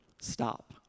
stop